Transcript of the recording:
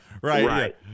right